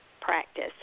practice